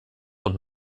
und